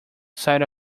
side